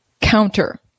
counter